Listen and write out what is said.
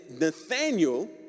Nathaniel